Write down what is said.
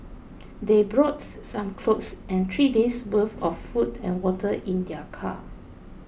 they brought some clothes and three days'worth of food and water in their car